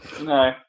No